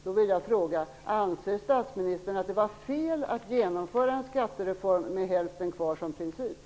Då vill jag fråga: Anser statsministern att det var fel att genomföra en skattereform med hälften kvar som princip?